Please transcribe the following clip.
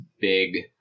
big